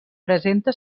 presenta